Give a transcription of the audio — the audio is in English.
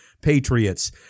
patriots